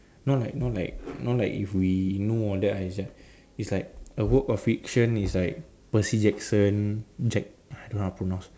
not like not like not like if we know all that ah it's like it's like a work of fiction is like Percy-Jackson Jack I don't know how to pronounce